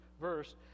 verse